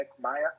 Maya